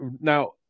now